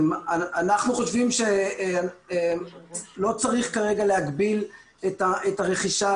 אנחנו חושבים שלא צריך כרגע להגביל את הרכישה,